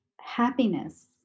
happiness